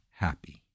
happy